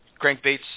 crankbaits